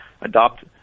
adopt